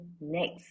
next